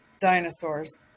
Dinosaurs